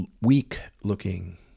weak-looking